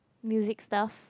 music stuff